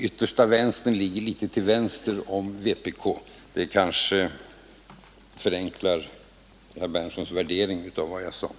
Yttersta vänstern ligger litet till vänster om vpk — det kanske förenklar herr Berndtsons värdering av vad jag sade.